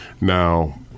Now